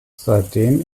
seitdem